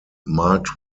marked